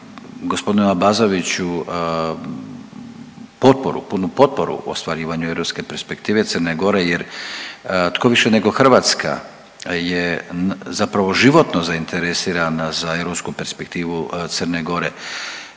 sam g. Abazoviću potporu, punu potporu ostvarivanju europske perspektive Crne Gore jer tko više nego Hrvatska je zapravo životno zainteresirana za europsku perspektivu Crne Gore.